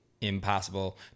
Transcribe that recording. impossible